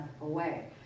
away